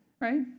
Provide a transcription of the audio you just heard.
right